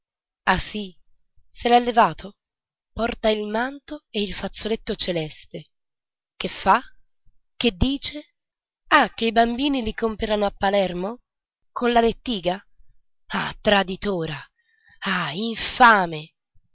ah sì se l'è levato porta il manto e il fazzoletto celeste e che fa che dice ah che i bambini li comperano a palermo con la lettiga ah traditora ah infame